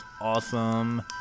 awesome